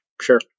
Sure